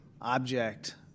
object